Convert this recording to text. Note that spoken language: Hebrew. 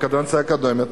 בקדנציה הקודמת,